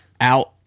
out